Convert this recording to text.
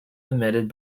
emitted